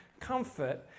comfort